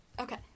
Okay